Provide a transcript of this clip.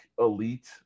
elite